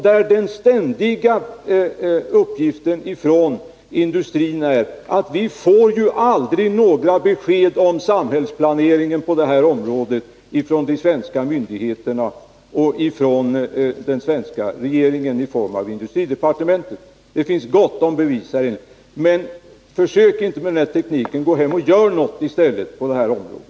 Den ständiga uppgiften från industrin är att den inte får några besked om samhällsplaneringen på detta område från de svenska myndigheterna och från den svenska regeringen i form av industridepartementet. Det finns gott om bevis. Försök inte med den tekniken. Gå hem och gör någonting i stället på detta område.